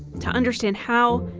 to understand how,